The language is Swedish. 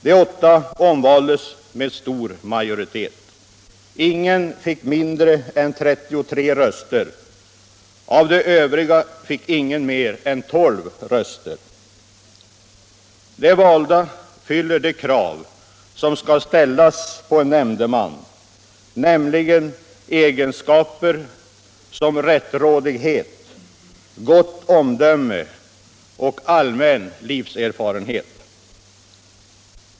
De åtta omvaldes med stor majoritet. Ingen fick mindre än 33 röster. Av de övriga fick ingen mer än tolv röster. De valda fyller de krav som skall ställas på en nämndeman, nämligen egenskaper som rättrådighet, gott omdöme och allmän livserfarenhet.